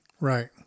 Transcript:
Right